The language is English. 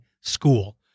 School